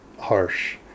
harsh